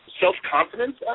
self-confidence